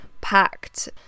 packed